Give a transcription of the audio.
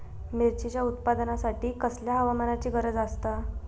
मिरचीच्या उत्पादनासाठी कसल्या हवामानाची गरज आसता?